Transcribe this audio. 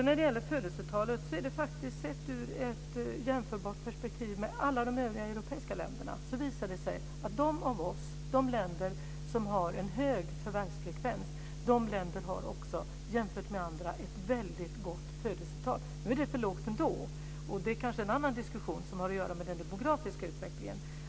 När det gäller födelsetalen visar det sig om man jämför med alla de övriga europeiska länderna att de länder som har en hög förvärvsfrekvens har ett väldigt gott födelsetal. Nu är det för lågt ändå. Det är kanske en annan diskussion som har att göra med den demografiska utvecklingen.